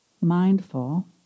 mindful